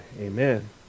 Amen